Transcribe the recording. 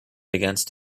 against